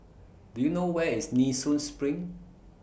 Do YOU know Where IS Nee Soon SPRING